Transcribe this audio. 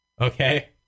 Okay